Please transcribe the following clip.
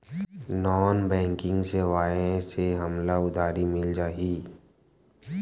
Non banking सेवाएं से हमला उधारी मिल जाहि?